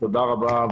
תודה רבה,